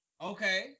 Okay